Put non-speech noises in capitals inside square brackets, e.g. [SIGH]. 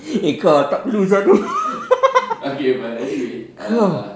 eh kau tak perlu sia tu [LAUGHS] geram